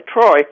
Troy